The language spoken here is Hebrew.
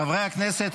חברי הכנסת,